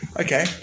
Okay